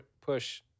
push